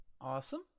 Awesome